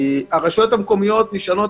הרשויות מקומיות נשענות